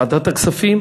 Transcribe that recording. בוועדת הכספים,